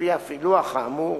על-פי הפילוח האמור